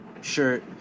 shirt